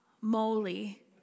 moly